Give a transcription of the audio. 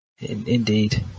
Indeed